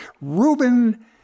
Ruben